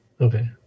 Okay